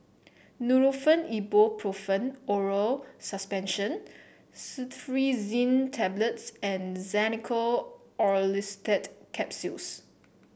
Nurofen Ibuprofen Oral Suspension Cetirizine Tablets and Xenical Orlistat Capsules